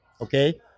okay